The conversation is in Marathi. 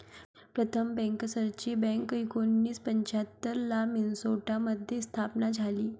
प्रथम बँकर्सची बँक एकोणीसशे पंच्याहत्तर ला मिन्सोटा मध्ये स्थापन झाली